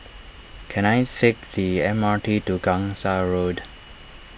can I fake the M R T to Gangsa Road